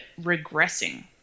regressing